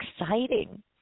exciting